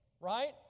right